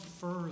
further